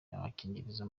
agakingirizo